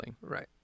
Right